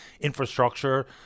infrastructure